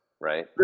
Right